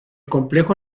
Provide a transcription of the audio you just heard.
complejo